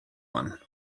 one